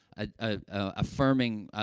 ah, ah ah, affirming, ah,